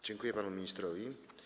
Dziękuję panu ministrowi.